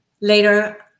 Later